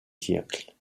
siècles